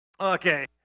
Okay